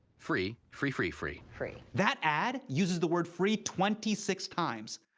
free. free, free, free. free. that ad uses the word free twenty six times.